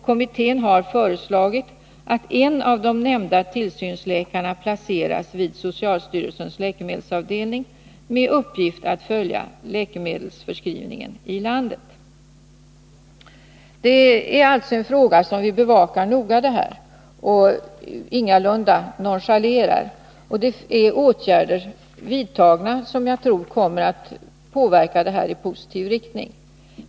Kommittén har föreslagit att en av de nämnda tillsynsläkarna placeras vid socialstyrelsens läkemedelsavdelning med uppgift att följa läkemedelsförskrivningen i landet. Det här är alltså en fråga som vi bevakar noga och ingalunda nonchalerar. Och åtgärder är vidtagna, som jag tror kommer att påverka det hela i positiv riktning.